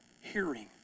Hearing